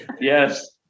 Yes